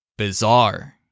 Bizarre